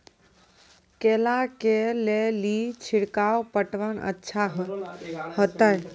केला के ले ली छिड़काव पटवन अच्छा होते?